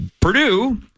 Purdue